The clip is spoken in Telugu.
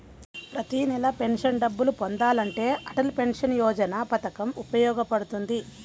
ప్రతి నెలా పెన్షన్ డబ్బులు పొందాలంటే అటల్ పెన్షన్ యోజన పథకం ఉపయోగపడుతుంది